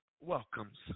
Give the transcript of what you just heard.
welcomes